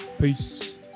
peace